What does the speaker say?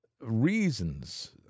reasons